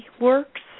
works